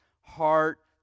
heart